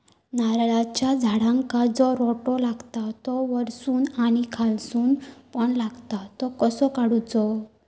नारळाच्या झाडांका जो रोटो लागता तो वर्सून आणि खालसून पण लागता तो कसो काडूचो?